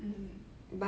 mm